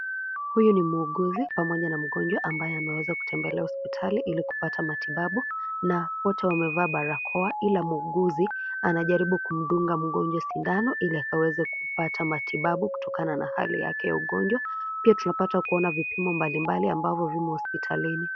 Huyu ni muuguzi, pamoja na mkonjwa ambaye ameweza kutembelea hospitalini, ili kupata matibabu na wote wamevaa barakoa, ila muuguzi anajaribu kumdunga mgonjwa sindano, ili akaweza kupata matibabu kutoka na hali yake ya ugonjwa. Pia, tunapata kuona vipimo mbalimbali ambavyo vimo hospitali.